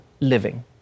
living